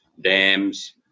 dams